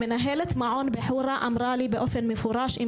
מנהלת מעון בחורה אמרה לי באופן מפורש אם